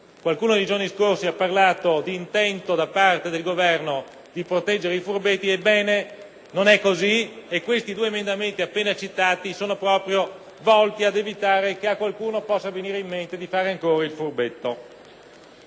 Qualcuno nei giorni scorsi ha parlato di intento del Governo di proteggere i furbetti: ebbene, non è così e i due emendamenti appena citati sono proprio volti ad evitare che a qualcuno possa venire in mente di fare ancora il furbetto.